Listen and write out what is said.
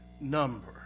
number